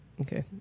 okay